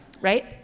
Right